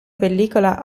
pellicola